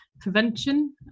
prevention